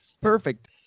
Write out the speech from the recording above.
perfect